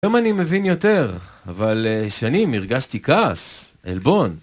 היום אני מבין יותר, אבל שנים הרגשתי כעס, עלבון.